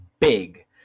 big